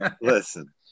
listen